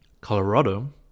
Colorado